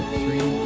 three